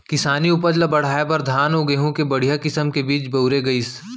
किसानी उपज ल बढ़ाए बर धान अउ गहूँ के बड़िहा किसम के बीज बउरे गइस